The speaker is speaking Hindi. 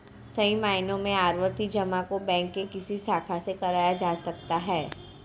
सही मायनों में आवर्ती जमा को बैंक के किसी भी शाखा से कराया जा सकता है